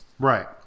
Right